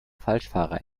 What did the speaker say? falschfahrer